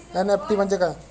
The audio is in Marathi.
एन.इ.एफ.टी म्हणजे काय?